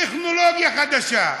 טכנולוגיה חדשה.